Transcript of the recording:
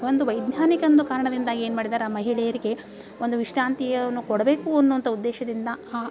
ಒಂದು ವೈಜ್ಞಾನಿಕ ಒಂದು ಕಾರಣದಿಂದಾಗಿ ಏನು ಮಾಡಿದಾರೆ ಆ ಮಹಿಳೆಯರಿಗೆ ಒಂದು ವಿಶ್ರಾಂತಿಯನ್ನು ಕೊಡಬೇಕು ಅನ್ನೋವಂಥ ಉದ್ದೇಶದಿಂದ ಆ